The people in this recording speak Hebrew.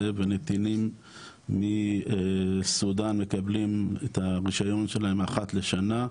והנתינים מסודן מקבלים את הרישיון שלהם אחת לשנה,